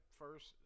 first